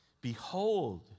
Behold